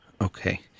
Okay